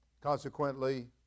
consequently